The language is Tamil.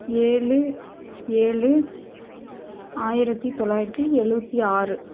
ஏழு ஏழு ஆயிரத்தி தொள்ளாயிரத்தி எழுபத்தி ஆறு